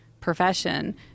profession